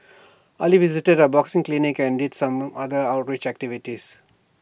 Ali visited A boxing clinic and did some other outreach activities